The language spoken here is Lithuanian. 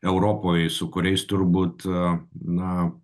europoj su kuriais turbūt na